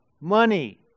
money